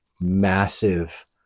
massive